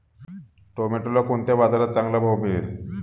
टोमॅटोला कोणत्या बाजारात चांगला भाव मिळेल?